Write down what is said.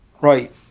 right